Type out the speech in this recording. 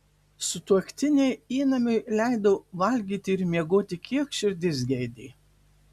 sutuoktiniai įnamiui leido valgyti ir miegoti kiek širdis geidė